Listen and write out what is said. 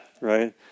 Right